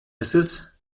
mrs